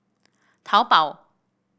taobao